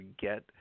get